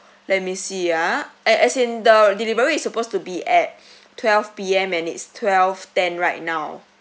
let me see ah as as in the delivery it's supposed to be at twelve P_M and it's twelve-ten right now